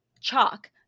chalk